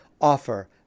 offer